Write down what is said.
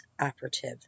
operative